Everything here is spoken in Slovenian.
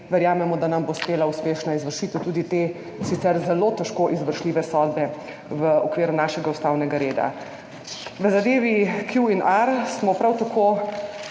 Verjamemo, da nam bo uspela uspešna izvršitev tudi te, sicer zelo težko izvršljive sodbe v okviru našega ustavnega reda. V zadevi Q in R smo prav tako